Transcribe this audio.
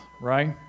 right